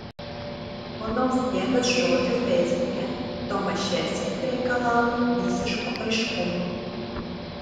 po nausėdos žodžių feisbuke tomaševskis reikalauja visiško aiškumo